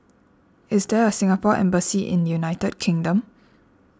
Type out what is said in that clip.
is there a Singapore Embassy in United Kingdom